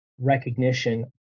recognition